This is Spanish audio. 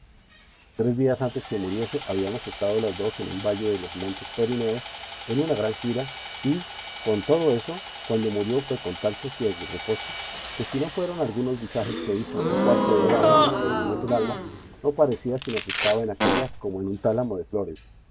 tres días antes que muriese habíamos estado las dos en un valle de los montes perineos en una gran gira y con todo eso cuando murió fue con tal sosiego y reposo que si no fueron algunos visajes que hizo un cuarto de hora antes que rindiese el alma no parecía sino que estaba en aquélla como en un tálamo de flores